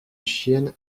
chienne